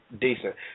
decent